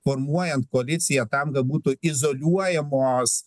formuojant koaliciją tam kad būtų izoliuojamos